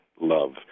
love